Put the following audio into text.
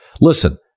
Listen